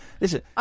listen